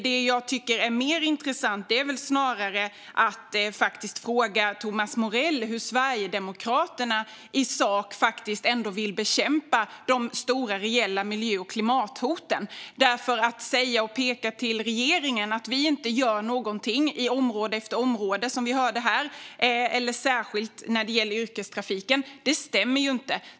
Det jag tycker är mer intressant är att fråga Thomas Morell hur Sverigedemokraterna vill bekämpa de stora och reella miljö och klimathoten. Att peka på regeringen och säga att den inte gör någonting på område efter område, särskilt när det gäller yrkestrafiken, är missvisande. Det stämmer ju inte.